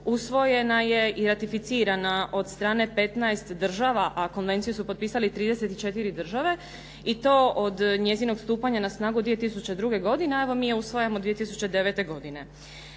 usvojena je i ratificirana od strane 15 država, a konvenciju su potpisale 34 države i to od njezinog stupanja na snagu 2002. godine, a evo mi je usvajamo 2009. godine.